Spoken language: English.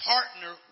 Partner